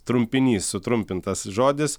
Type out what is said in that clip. trumpinys sutrumpintas žodis